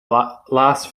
last